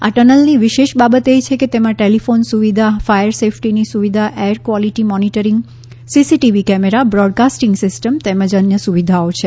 આ ટનલની વિશેષ બાબત એ છે કે તેમાં ટેલિફોન સુવિધા ફાયર સેફ્ટીની સુવિધા air quality monitoring CCTV camera broadcasting system તેમજ અન્ય સુવિધાઓ છે